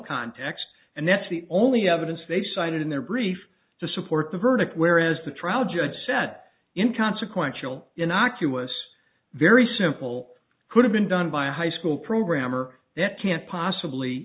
context and that's the only evidence they cited in their brief to support the verdict whereas the trial judge said in consequential innocuous very simple could have been done by a high school programmer that can't possibly